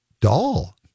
doll